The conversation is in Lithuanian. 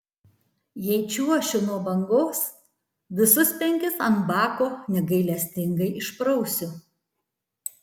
jei čiuošiu nuo bangos visus penkis ant bako negailestingai išprausiu